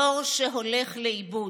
דור שהולך לאיבוד,